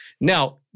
Now